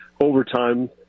overtime